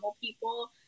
people